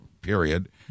period